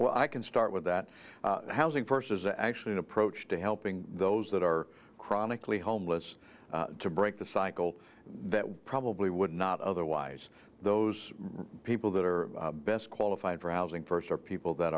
well i can start with that housing first is actually an approach to helping those that are chronically homeless to break the cycle that probably would not otherwise those people that are best qualified browsing are people that